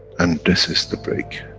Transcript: and this is the break,